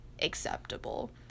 acceptable